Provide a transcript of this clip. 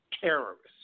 terrorists